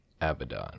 Abaddon